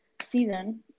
season